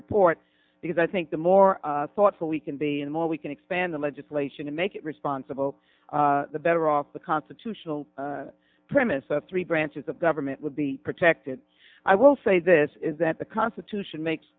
report because i think the more thoughtful we can be and more we can expand the legislation to make it responsible the better off the constitutional premise of three branches of government will be protected i will say this is that the constitution makes